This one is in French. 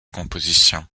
compositions